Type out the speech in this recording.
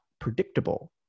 predictable